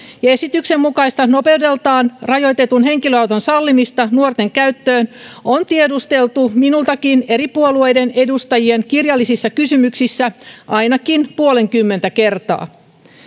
ja esityksen mukaista nopeudeltaan rajoitetun henkilöauton sallimista nuorten käyttöön on tiedusteltu minultakin eri puolueiden edustajien kirjallisissa kysymyksissä ainakin puolenkymmentä kertaa